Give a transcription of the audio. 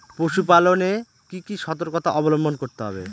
পশুপালন এ কি কি সর্তকতা অবলম্বন করতে হবে?